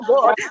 God